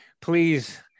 Please